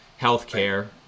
healthcare